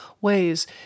ways